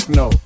no